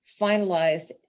finalized